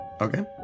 Okay